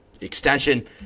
extension